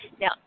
Now